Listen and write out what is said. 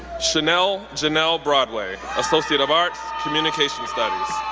shanel janel broadway, associate of arts, communications studies.